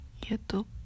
YouTube